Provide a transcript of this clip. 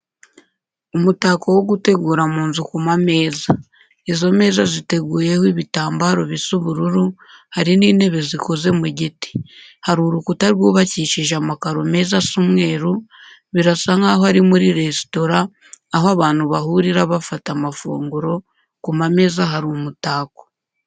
Umutako wo gutegura mu nzu ku mameza. Izo meza ziteguyeho ibitambaro bisa ubururu, hari n'intebe zikoze mu giti. Hari urukuta rwubakishije amakaro meza asa umweru, birasa nkaho ari muri resitora, aho abantu bahurira bafata amafunguro, ku mameza hari umutako.